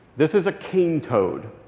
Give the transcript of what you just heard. this is a cane toad.